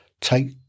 Take